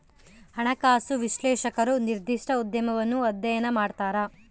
ಹಣಕಾಸು ವಿಶ್ಲೇಷಕರು ನಿರ್ದಿಷ್ಟ ಉದ್ಯಮವನ್ನು ಅಧ್ಯಯನ ಮಾಡ್ತರ